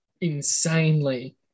insanely